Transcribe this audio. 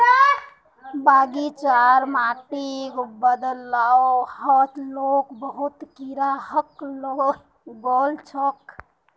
बगीचार माटिक बदलवा ह तोक बहुत कीरा हइ गेल छोक